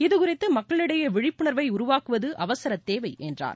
இதுகுறித்து மக்களிடையே விழிப்புணர்வை உருவாக்குவது அவசரத் தேவை என்றார்